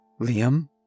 Liam